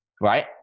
Right